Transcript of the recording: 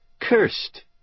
Cursed